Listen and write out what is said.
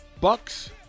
Bucks